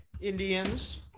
Indians